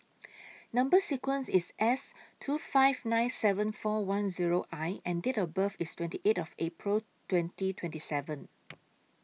Number sequence IS S two five nine seven four one Zero I and Date of birth IS twenty eight of April twenty twenty seven